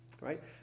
Right